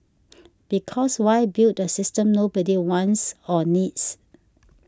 because why build a system nobody wants or needs